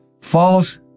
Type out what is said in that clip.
False